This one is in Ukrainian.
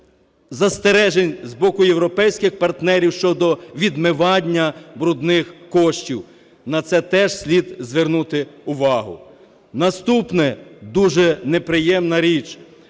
застережень з боку європейських партнерів щодо відмивання брудних коштів. На це теж слід звернути увагу. Наступне. Дуже неприємна річ,